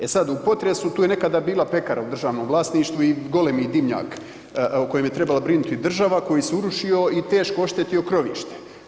E sad, u potresu tu je nekada bila pekara u državnom vlasništvu i golemi dimnjak o kojem je trebala brinuti država, koji se urušio i teško oštetio krovište.